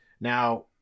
Now